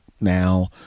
now